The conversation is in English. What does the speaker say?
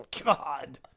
God